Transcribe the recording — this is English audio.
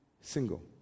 single